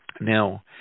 Now